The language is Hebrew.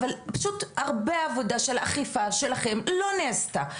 אבל פשוט הרבה עבודה של אכיפה שלכם לא נעשתה.